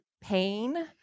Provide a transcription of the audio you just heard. pain